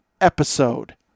episode